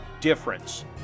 difference